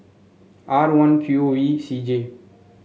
R one Q V C J